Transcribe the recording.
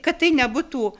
kad tai nebūtų